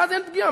ואז אין פגיעה.